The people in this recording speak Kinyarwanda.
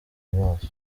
amaso